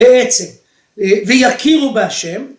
בעצם, ויכירו בהשם